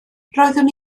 roeddwn